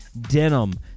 Denim